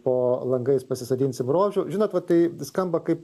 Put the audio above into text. po langais pasisodinsim rožių žinot va tai skamba kaip